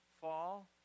fall